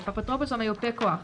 (א) אפוטרופוס או מיופה כוח,